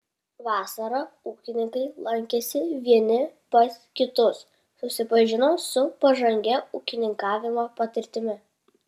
vasarą ūkininkai lankėsi vieni pas kitus susipažino su pažangia ūkininkavimo patirtimi